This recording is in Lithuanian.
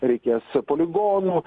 reikės poligonų